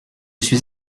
suis